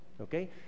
Okay